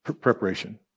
preparation